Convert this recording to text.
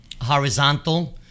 horizontal